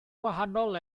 wahanol